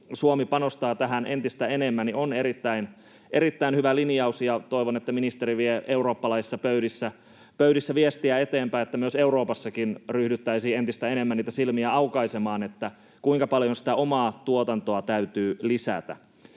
Suomi panostaa tähän entistä enemmän, on erittäin hyvä linjaus. Toivon, että ministeri vie eurooppalaisissa pöydissä viestiä eteenpäin, että myös Euroopassa ryhdyttäisiin entistä enemmän niitä silmiä aukaisemaan sille, kuinka paljon sitä omaa tuotantoa täytyy lisätä.